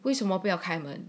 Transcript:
为什么不要开门